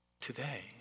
Today